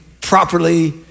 properly